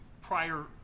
prior